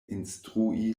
instrui